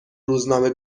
روزنامه